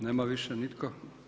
Nema više nitko?